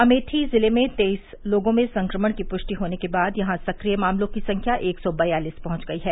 अमेठी जिले में तेईस लोगों में संक्रमण की पुष्टि होने के बाद यहां सक्रिय मामलों की संख्या एक सौ बयालीस पहुंच गई है